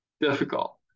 difficult